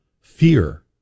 fear